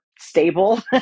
stable